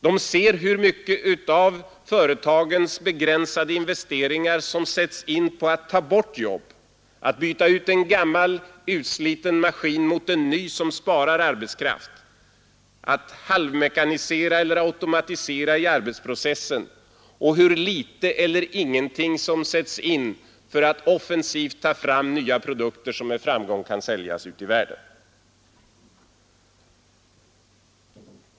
De ser hur mycket av företagens begränsade investeringar som sätts in på att ta bort jobb, att byta ut en gammal utsliten maskin mot en ny, som spar arbetskraft, att halvmekanisera eller automatisera i arbetsprocessen och att litet eller ingenting sätts in för att offensivt ta fram nya produkter, som med framgång kan säljas ute i världen.